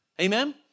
Amen